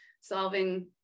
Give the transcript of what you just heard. solving